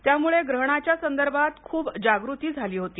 त्यामुळे ग्रहणाच्या संदर्भात खूप जागृती झाली होती